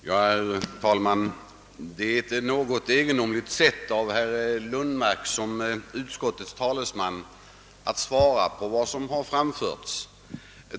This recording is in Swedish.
Herr talman! Herr Lundmark har som utskottets talesman ett något egendomligt sätt att svara på vad som anförts.